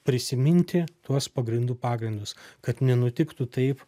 prisiminti tuos pagrindų pagrindus kad nenutiktų taip